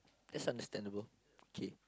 that's understandable okay